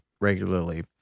regularly